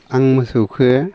आं मोसौखो